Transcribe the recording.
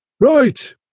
Right